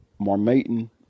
Marmaton